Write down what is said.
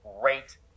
Great